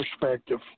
perspective